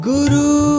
Guru